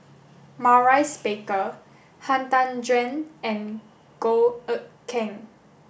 Maurice Baker Han Tan Juan and Goh Eck Kheng